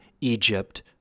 Egypt